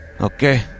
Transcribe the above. okay